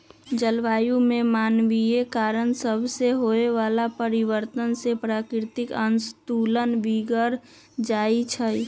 जलवायु में मानवीय कारण सभसे होए वला परिवर्तन से प्राकृतिक असंतुलन बिगर जाइ छइ